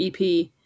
ep